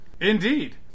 Indeed